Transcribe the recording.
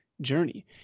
journey